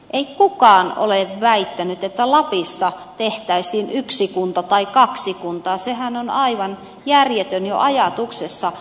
ei kukaan ole väittänyt että lapissa tehtäisiin yksi kunta tai kaksi kuntaa sehän on aivan järjetön jo ajatuksena